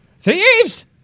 Thieves